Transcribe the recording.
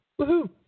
Woohoo